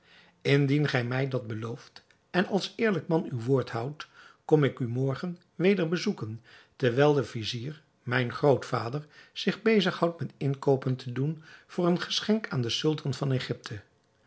indien gij mij dat belooft en als eerlijk man uw woord houdt kom ik u morgen weder bezoeken terwijl de vizier mijn groot vader zich bezig houdt met inkoopen te doen voor een geschenk aan den sultan van egypte